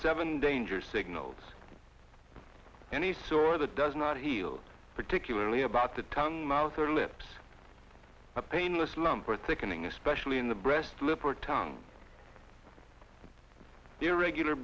seven danger signals any sort of the does not heal particularly about the tongue mouth or lips a painless lump or thickening especially in the breast slipper tongue irregular